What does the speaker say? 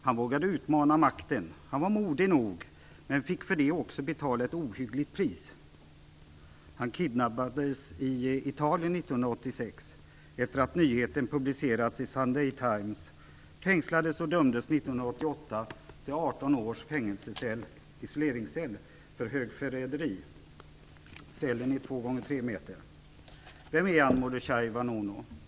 Han vågade utmana makten, han var modig nog, men fick för det också betala ett orimligt pris. Han kidnappades i Italien 1986 efter det att nyheten publicerats i Sunday Times. Han fängslades och dömdes 1988 till 18 års isoleringscell för högförräderi. Cellen är 2 x 3 meter. Vem är han, Mordechai Vanunu?